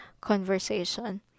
conversation